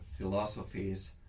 philosophies